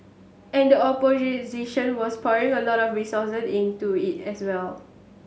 and the was pouring a lot of resource into it as well